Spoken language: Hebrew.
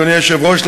אדוני היושב-ראש,